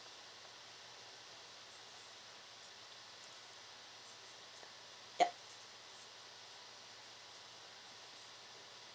yup